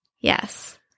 Yes